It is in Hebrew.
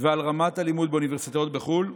ועל רמת הלימוד באוניברסיטאות בחו"ל.